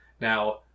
Now